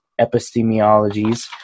epistemologies